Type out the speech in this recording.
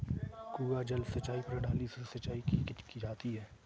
कुआँ जल सिंचाई प्रणाली से सिंचाई कैसे की जाती है?